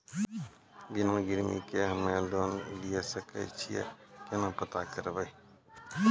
बिना गिरवी के हम्मय लोन लिये सके छियै केना पता करबै?